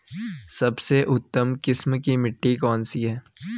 सबसे उत्तम किस्म की मिट्टी कौन सी है?